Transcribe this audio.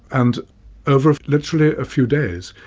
and over literally a few days,